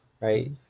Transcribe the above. right